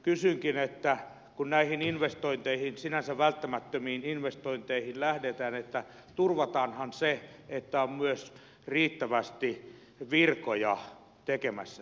kysynkin kun näihin sinänsä välttämättömiin investointeihin lähdetään turvataanhan se että on myös riittävästi virkoja tekemässä työtä